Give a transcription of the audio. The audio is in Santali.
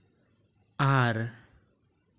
ᱟᱨ